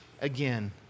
again